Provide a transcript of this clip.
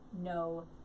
no